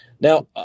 Now